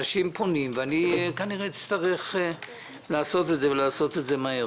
אנשים פונים ואני כנראה אצטרך לעשות את זה מהר,